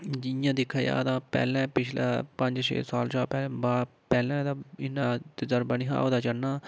जि'यां दिक्खा जा तां पैह्लें पिछला पंज छे साल जां पैह्लें दा इ'न्ना तरजबा निं हा होऐ दा चढ़ना